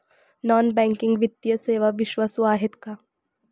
Non banking वित्तीय सेवा विश्वासू आहेत का?